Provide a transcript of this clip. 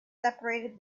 separated